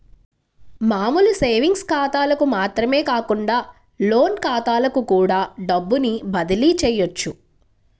మామూలు సేవింగ్స్ ఖాతాలకు మాత్రమే కాకుండా లోన్ ఖాతాలకు కూడా డబ్బుని బదిలీ చెయ్యొచ్చు